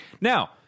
Now